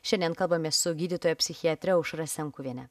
šiandien kalbamės su gydytoja psichiatre aušra senkuvienė